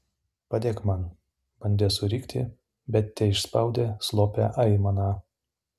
padėk man bandė surikti bet teišspaudė slopią aimaną